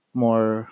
more